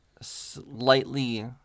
slightly